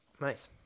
nice